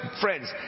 friends